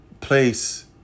place